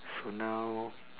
so now